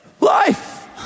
Life